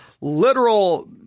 literal